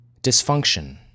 Dysfunction